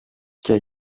και